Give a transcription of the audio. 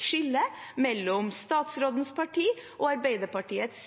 skille mellom statsrådens parti og Arbeiderpartiets